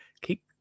Keep